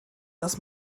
dass